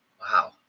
wow